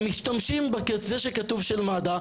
הם משתמשים בזה שכתוב מד"א,